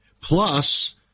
Plus